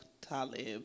Talib